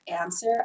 answer